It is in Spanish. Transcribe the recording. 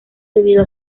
debido